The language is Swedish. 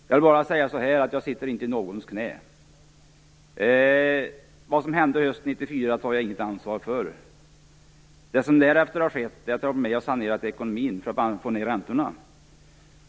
Jag vill säga att jag inte sitter i någons knä. Vad som hände just 1994 tar jag inget ansvar för. Det som därefter har skett är att vi har varit med och sanerat ekonomin för att få ned räntorna.